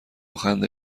خنده